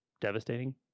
Devastating